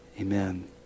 Amen